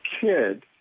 kid